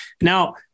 now